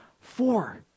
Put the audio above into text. Four